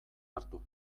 hartu